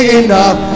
enough